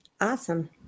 awesome